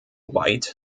white